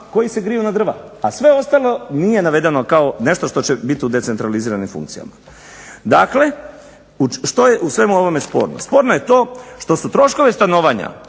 koji se griju na drva, a sve ostalo nije navedeno kao nešto što će biti u decentraliziranim funkcijama. Dakle što je u svemu ovome sporno? Sporno je to što su troškove stanovanja